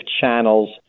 channels